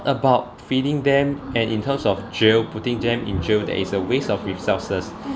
about feeding them and in terms of jail putting them in jail that is a waste of resources